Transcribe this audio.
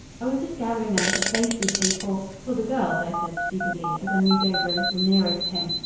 i was just gathering them for place bouquets for for the girls, i said stupidly as i moved over a little nearer to him.